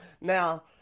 Now